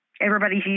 everybody's